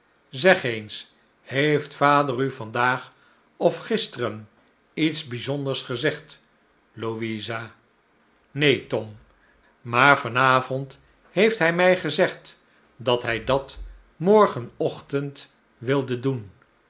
zeg eens heeft vader u vandaag of gisteren iets bijzonders gezegd louisa neen tom maar van avond heeft hij mij gezegd dat hij dat morgenochtend wilde doen